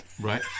Right